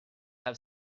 have